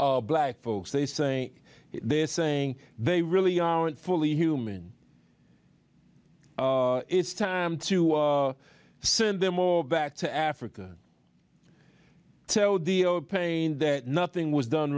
black folks they saying they're saying they really aren't fully human it's time to send them all back to africa the pain that nothing was done